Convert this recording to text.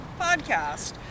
podcast